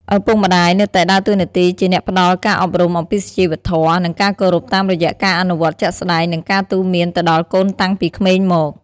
ឪពុកម្ដាយនៅតែដើរតួនាទីជាអ្នកផ្ដល់ការអប់រំអំពីសុជីវធម៌ និងការគោរពតាមរយៈការអនុវត្តជាក់ស្ដែង និងការទូន្មានទៅដល់កូនតាំងពីក្មេងមក។